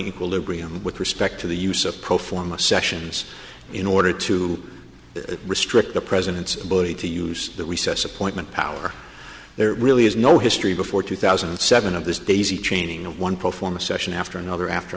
equilibrium with respect to the use of pro forma sessions in order to restrict the president's ability to use that we says appointment power there really is no history before two thousand and seven of this daisy chaining one pro forma session after another after